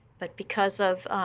but because of